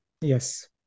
Yes